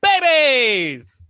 babies